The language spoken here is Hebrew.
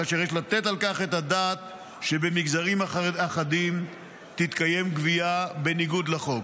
כאשר יש לתת על כך את הדעת שבמגזרים אחדים תתקיים גבייה בניגוד לחוק.